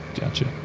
Gotcha